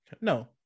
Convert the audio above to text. No